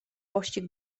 pościg